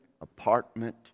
apartment